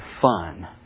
fun